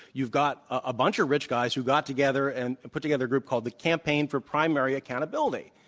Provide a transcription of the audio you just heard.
you've got a bunch of rich guys who got together and put together a group called the campaign for primary accountability,